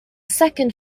second